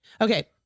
Okay